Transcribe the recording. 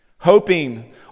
hoping